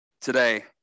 today